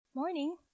Morning